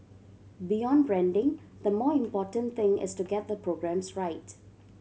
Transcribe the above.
beyond branding the more important thing is to get the programmes right